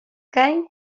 gain